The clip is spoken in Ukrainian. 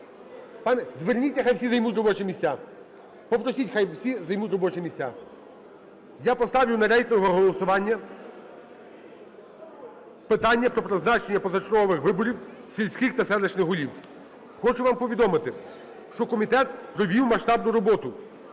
зверніться, хай всі займуть робочі місця. Попросіть, хай всі займуть робочі місця. Я поставлю на рейтингове голосування питання про призначення позачергових виборів сільських та селищних голів. Хочу вам повідомити, що комітет провів масштабну роботу